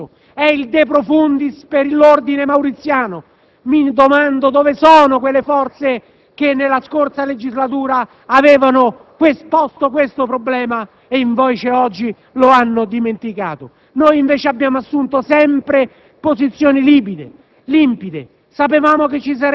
si passa da pasticcio a pasticcio. È il *de profundis* per l'Ordine mauriziano. Mi domando dove sono quelle forze che nella scorsa legislatura avevano posto questo problema ed, invece, oggi lo hanno dimenticato. Noi, al contrario, abbiamo assunto sempre posizioni limpide.